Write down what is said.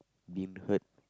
been hurt